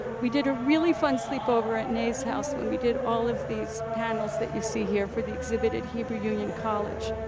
we did a really fun sleepover at nay's house when we did all of these panels that you see here for the exhibit at hebrew union college.